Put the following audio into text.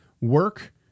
Work